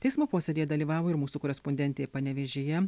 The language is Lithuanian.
teismo posėdyje dalyvavo ir mūsų korespondentė panevėžyje